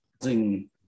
housing